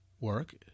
work